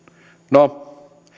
no